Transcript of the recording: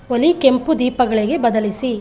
ಒಲಿ ಕೆಂಪು ದೀಪಗಳಿಗೆ ಬದಲಿಸಿ